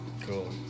Cool